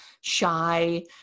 shy